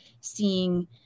seeing